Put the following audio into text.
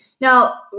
now